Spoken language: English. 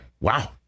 Wow